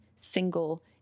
single